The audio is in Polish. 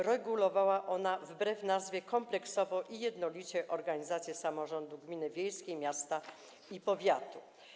Regulowała ona wbrew nazwie kompleksowo i jednolicie organizację samorządu gminy wiejskiej, miasta i powiatu.